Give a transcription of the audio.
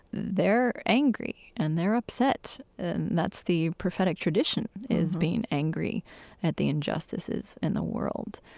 they're angry and they're upset, and that's the prophetic tradition, is being angry at the injustices in the world.